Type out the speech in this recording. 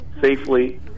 safely